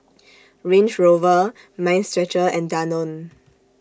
Range Rover Mind Stretcher and Danone